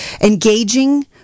engaging